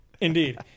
Indeed